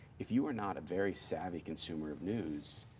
if you are not a very savvy consumer of news,